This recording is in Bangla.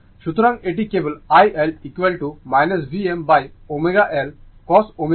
সুতরাং এটি কেবল iL Vmω L cos ω t